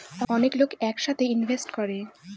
অনেক লোক এক সাথে ইনভেস্ট করে